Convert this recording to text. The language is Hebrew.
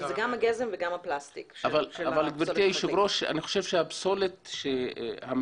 שזה גם הגזם וגם הפלסטיק של המוצרים --- אני חושב שהפסולת הממוסדת,